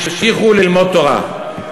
גם אם הולכים לאסור אותם הם ימשיכו ללמוד תורה.